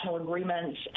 agreements